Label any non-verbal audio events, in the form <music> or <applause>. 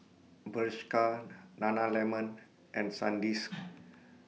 Bershka Nana Lemon and Sandisk <noise>